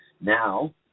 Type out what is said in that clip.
now